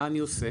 מה אני עושה?